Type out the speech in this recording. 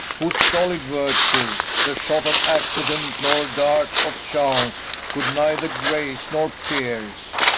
whose solid virtue the shot of accident nor dart of chance could neither graze nor pierce?